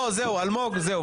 אלמוג, זהו.